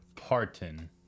Parton